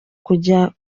kujya